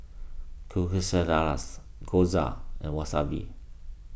Quesadillas Gyoza and Wasabi